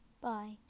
Bye